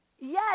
Yes